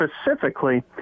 specifically